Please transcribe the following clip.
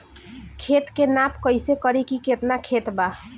खेत के नाप कइसे करी की केतना खेत बा?